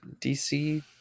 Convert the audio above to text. DC